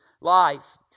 life